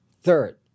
Third